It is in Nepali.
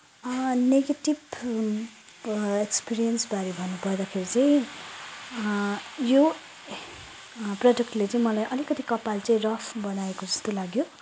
नेगेटिव एक्सपिरियन्सबारे भन्नुपर्दाखेरि चाहिँ यो प्रडक्टले चाहिँ मलाई अलिकति कपाल चाहिँ रफ् बनाएको जस्तो लाग्यो